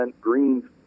green